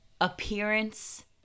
appearance